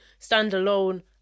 standalone